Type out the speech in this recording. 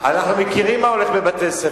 אנחנו יודעים מה הולך בבתי-ספר,